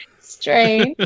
strange